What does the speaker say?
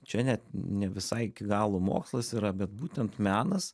čia net ne visai iki galo mokslas yra bet būtent menas